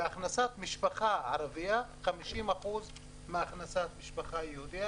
והכנסת משפחה ערבית היא 50% מהכנסת משפחה יהודית.